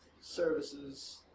services